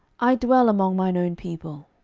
i dwell among mine own people.